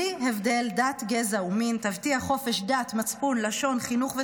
אשר תשקוד על פיתוח הארץ לטובת כל תושביה,